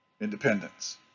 independence